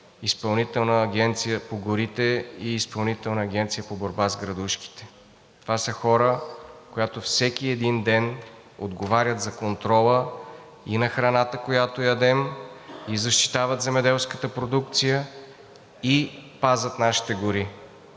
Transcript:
Изпълнителната агенция по горите и Изпълнителната агенция по борба с градушките. Това са хора, които всеки един ден отговарят за контрола и на храната, която ядем, и защитават земеделската продукция, и пазят нашите гори.